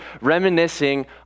reminiscing